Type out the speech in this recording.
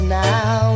now